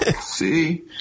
See